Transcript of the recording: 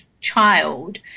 child